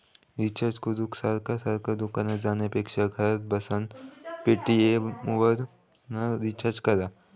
recharge करूक सारखा सारखा दुकानार जाण्यापेक्षा घरात बसान पेटीएमवरना रिचार्ज कर